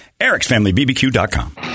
ericsfamilybbq.com